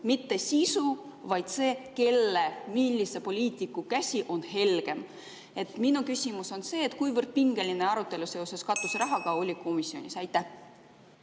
mitte sisu, vaid see, millise poliitiku käsi on heldem. Minu küsimus on: kuivõrd pingeline arutelu seoses katuserahaga oli komisjonis? Aitäh!